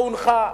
שהונחה,